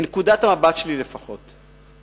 מנקודת המבט שלי, לפחות,